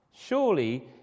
Surely